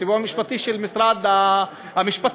הסיוע המשפטי של משרד המשפטים,